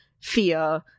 fear